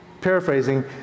paraphrasing